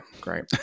great